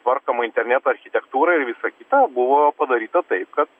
tvarkoma interneto architektūra ir visa kita buvo padaryta taip kad